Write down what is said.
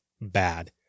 bad